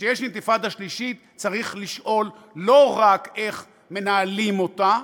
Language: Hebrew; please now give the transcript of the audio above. כשיש אינתיפאדה שלישית צריך לשאול לא רק איך מנהלים אותה,